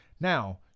Now